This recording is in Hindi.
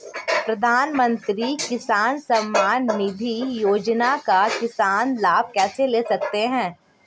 प्रधानमंत्री किसान सम्मान निधि योजना का किसान लाभ कैसे ले सकते हैं?